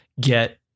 get